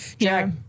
Jack